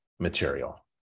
material